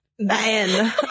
Man